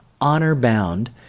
honor-bound